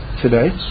today